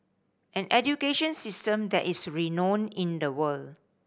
an education system that is renowned in the world